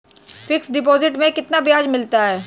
Fix deposit में कितना ब्याज मिलता है?